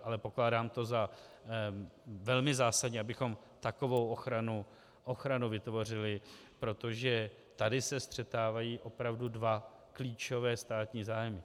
Ale pokládám to za velmi zásadní, abychom takovou ochranu vytvořili, protože tady se střetávají opravdu dva klíčové státní zájmy.